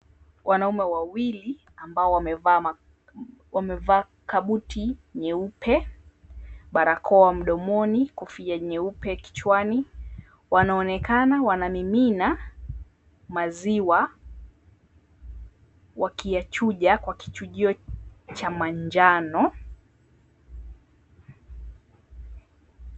Wanaume wawili ambao wamevaa kabuti nyeupe, barakoa mdomoni, kofia nyeupe kichwani wanaonekana wakimimina maziwa wakiyachuja kwa kichujio cha manjano.